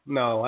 no